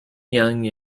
young